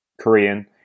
Korean